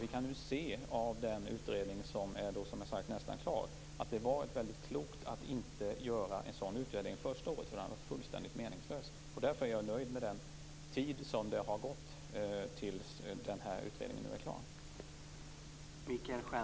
Vi kan ju se av den utredning som, som jag sagt, nästan är klar att det var väldigt klokt att inte göra en sådan utvärdering första året. Det hade varit fullständigt meningslöst. Därför är jag nöjd med den tid som har gått till dess att denna utredning nu är klar.